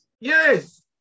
Yes